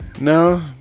No